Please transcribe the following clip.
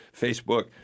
Facebook